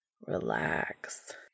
Relax